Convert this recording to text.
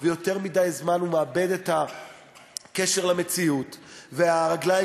ויותר מדי זמן הוא מאבד את הקשר למציאות והרגליים